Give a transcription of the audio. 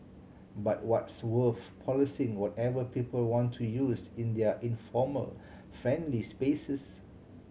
but what's wolf policing whatever people want to use in their informal friendly spaces